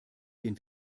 den